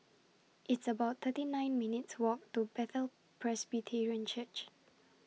It's about thirty nine minutes' Walk to Bethel Presbyterian Church